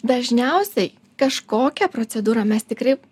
dažniausiai kažkokią procedūrą mes tikrai